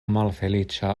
malfeliĉa